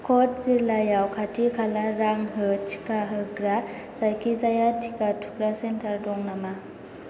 कट जिल्लायाव खाथि खाला रां होना टिका होग्रा जायखिजाया टिका थुग्रा सेन्टार दं नामा